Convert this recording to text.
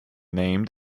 named